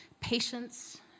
patience